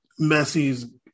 Messi's